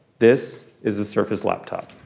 this is the surface laptop.